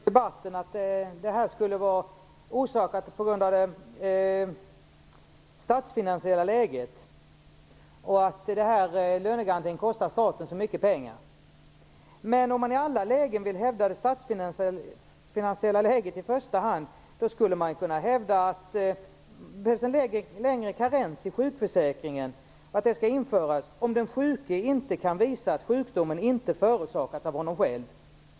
Herr talman! Det har i debatten anförts att ändringarna skulle vara föranledda av det statsfinansiella läget och att lönegarantin kostar staten för mycket pengar. Men om man i alla situationer i första hand vill hävda det statsfinansiella läget, skulle man lika gärna kunna göra gällande att det borde införas en längre karensperiod i sjukförsäkringen i fall där den sjuke inte kan visa att sjukdomen inte har förorsakats av honom själv.